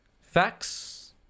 facts